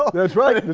ah that's right.